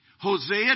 Hosea